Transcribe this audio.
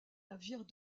navires